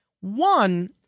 One